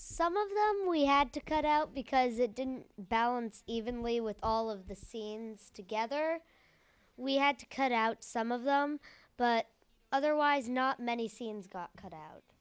some of them we had to cut out because it didn't balance evenly with all of the scenes together we had to cut out some of them but otherwise not many scenes got cut out